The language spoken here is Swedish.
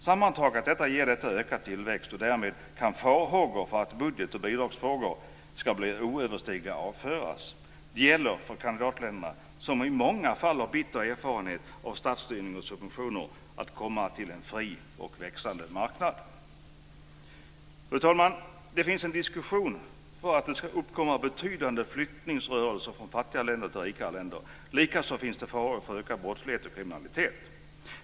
Sammantaget ger detta en ökad tillväxt, och därmed kan farhågor för att budget och bidragsfrågor ska bli oöverstigliga avföras. Det gäller att kandidatländerna, som i många fall har bitter erfarenhet av statsstyrning och subventioner, får komma till en fri och växande marknad. Fru talman! Det finns en diskussion om att det ska uppkomma betydande flyttningsrörelser från fattiga länder till rikare länder. Likaså finns farhågor för ökad brottslighet och kriminalitet.